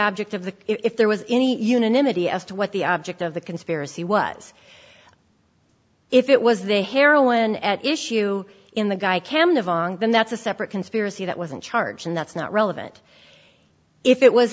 object of the if there was any unanimity as to what the object of the conspiracy was if it was the heroin at issue in the guy can live on then that's a separate conspiracy that wasn't charged and that's not relevant if it was